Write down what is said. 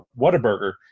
Whataburger